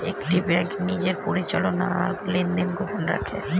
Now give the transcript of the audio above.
একটি ব্যাঙ্ক নিজের পরিচালনা আর লেনদেন গোপন রাখে